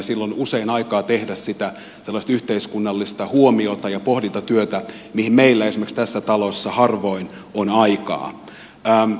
sillä on usein aikaa tehdä sitä sellaista yhteiskunnallista huomio ja pohdintatyötä mihin meillä esimerkiksi tässä talossa harvoin on aikaa